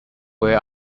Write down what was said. where